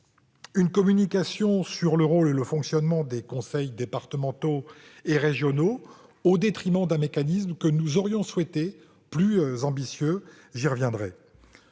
une communication sur le rôle et le fonctionnement des conseils départementaux et régionaux, au détriment d'un mécanisme que nous aurions souhaité plus ambitieux- j'y reviendrai.